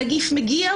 הנגיף מגיע,